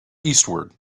eastward